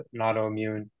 autoimmune